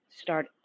Start